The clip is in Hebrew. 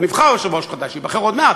עוד לא נבחר יושב-ראש חדש, ייבחר עוד מעט.